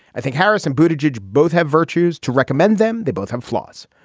i think harrison boudia jej both have virtues to recommend them. they both have flaws.